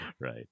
right